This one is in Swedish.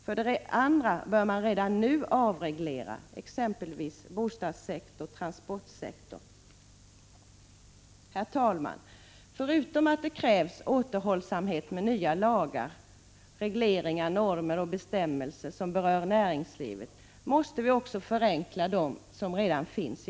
För det andra bör man redan nu avreglera exempelvis bostadssektorn och transportsektorn. Herr talman! Förutom att det krävs att vi iakttar återhållsamhet med att införa nya lagar, regleringar, normer och bestämmelser som berör näringslivet måste vi också förenkla dem som redan finns.